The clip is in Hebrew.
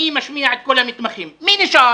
ואני משמיע את קול המתמחים מי נשאר?